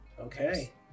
okay